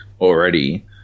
already